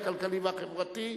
הכלכלי והחברתי,